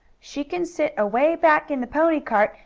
she can sit away back in the pony cart,